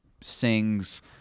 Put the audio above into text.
sings